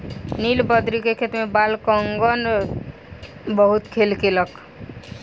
नीलबदरी के खेत में बालकगण बहुत खेल केलक